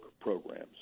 programs